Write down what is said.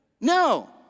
No